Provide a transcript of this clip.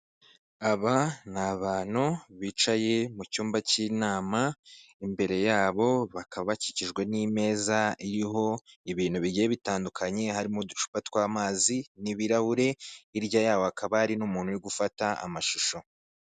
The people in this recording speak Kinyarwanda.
Aba ni abantu bicaye mu cyumba cy'inama, imbere yabo bakaba bakikijwe n'imeza iriho ibintu bigiye bitandukanye, harimo uducupa tw'amazi n'ibirahure, hirya yabo hakaba hari n'umuntu uri gufata amashusho.